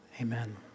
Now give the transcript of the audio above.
amen